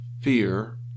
fear